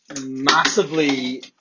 massively